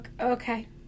Okay